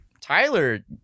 Tyler